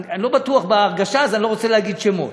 אני לא בטוח בהרגשה, אז אני לא רוצה להגיד שמות.